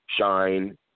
Shine